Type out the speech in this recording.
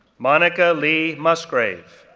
monica lee musgrave,